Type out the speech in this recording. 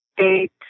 eight